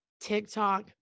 TikTok